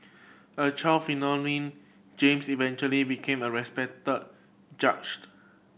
a child James eventually became a respected judged